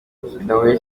bidahuye